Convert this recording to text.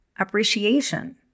appreciation